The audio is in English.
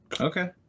Okay